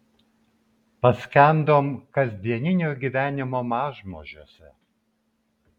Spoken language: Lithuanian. paskendom kasdieninio gyvenimo mažmožiuose